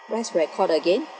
press record again